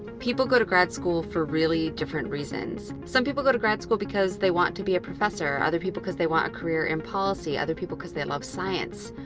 people go to grad school for really different reasons. some people go to grad school because they want to be a professor. other people because they want a career in policy. other people because they love science.